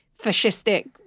fascistic